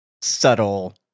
subtle